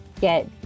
get